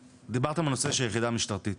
דיברתם על הנושא של היחידה המשטרתית,